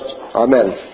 Amen